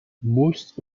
most